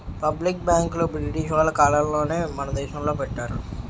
public బ్యాంకులు British వాళ్ళ కాలంలోనే మన దేశంలో పెట్టారు